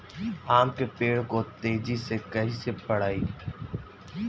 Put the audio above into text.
आम के पेड़ को तेजी से कईसे बढ़ाई?